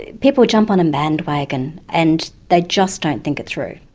people jump on a bandwagon and they just don't think it through.